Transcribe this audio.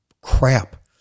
crap